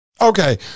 Okay